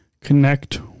connect